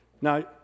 Now